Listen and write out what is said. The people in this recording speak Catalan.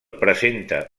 presenta